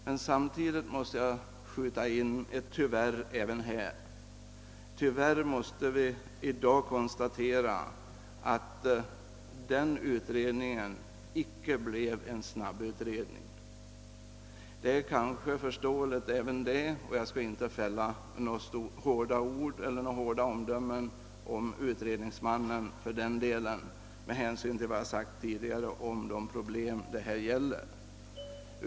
Men samtidigt måste jag tyvärr konstatera att den utredningen inte blev en snabbutredning. Även detta kanske är förståeligt, och jag skall inte fälla några hårda omdömen om utredningsmannen av den anledningen med hänsyn till vad jag tidigare sagt om de problem det här gäller.